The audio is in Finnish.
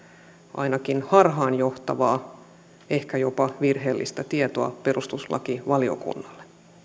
ainakin harhaanjohtavaa ehkä jopa virheellistä tietoa perustuslakivaliokunnalle